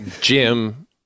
jim